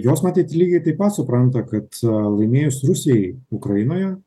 jos matyt lygiai taip pat supranta kad laimėjus rusijai ukrainoje